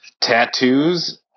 Tattoos